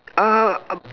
ah um